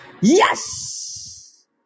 Yes